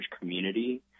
community